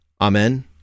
Amen